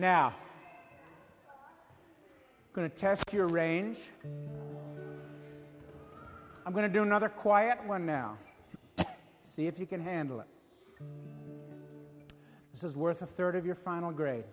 now going to test your range i'm going to do another quiet one now see if you can handle it this is worth a third of your final grade